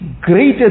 Greater